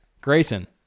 Grayson